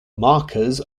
markers